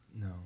No